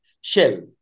shell